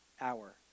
hour